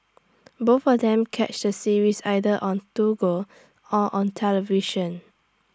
both of them catch the series either on Toggle or on television